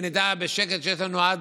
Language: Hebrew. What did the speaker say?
ונדע בשקט שיש לנו עד